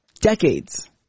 decades